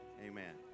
amen